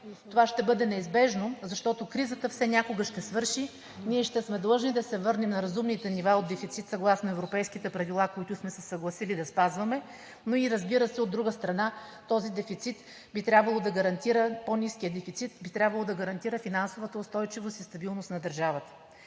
Това ще бъде неизбежно, защото кризата все някога ще свърши, ние ще сме длъжни да се върнем на разумните нива от дефицит съгласно европейските правила, които сме се съгласили да спазваме, но и, разбира се, от друга страна, този дефицит би трябвало да гарантира по-ниския дефицит, би трябвало да гарантира